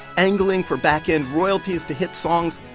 angling for back-end royalties to hit songs,